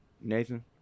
Nathan